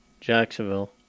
Jacksonville